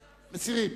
מסירים.